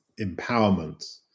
empowerment